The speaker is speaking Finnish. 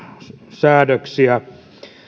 säädöksiä